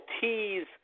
tease